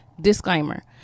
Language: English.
Disclaimer